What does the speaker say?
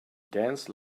danced